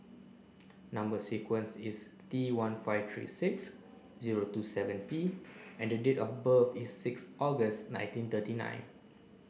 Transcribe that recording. number sequence is T one five three six zero two seven P and the date of birth is six August nineteen thirty nine